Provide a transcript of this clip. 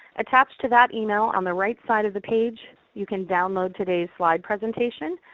attached to that email on the right side of the page you can download today's slide presentation.